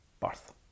birth